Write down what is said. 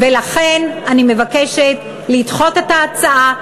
ולכן אני מבקשת לדחות את ההצעה,